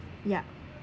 ya